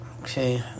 Okay